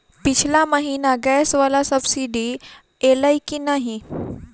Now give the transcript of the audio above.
पिछला महीना गैस वला सब्सिडी ऐलई की नहि?